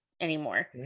anymore